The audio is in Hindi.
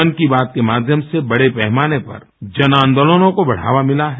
मन की बात के माध्यम से बड़े पैमाने पर जन आंदोलनों को बढ़ावा मिला है